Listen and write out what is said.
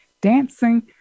Dancing